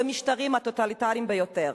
במשטרים הטוטליטריים ביותר.